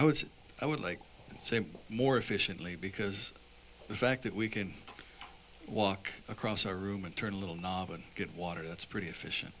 would i would like to say more efficiently because the fact that we can walk across a room and turn a little knob and get water that's pretty efficient